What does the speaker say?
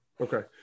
Okay